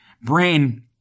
Brain